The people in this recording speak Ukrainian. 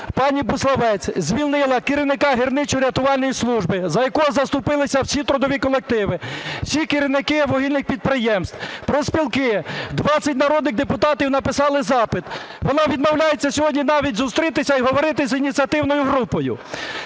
пані Буславець змінила керівника гірничорятувальної служби, за якого заступилися всі трудові колективи, всі керівники вугільних підприємств, профспілки, 20 народних депутатів написали запит. Вона відмовляється сьогодні навіть зустрітися і говорити з ініціативною групою.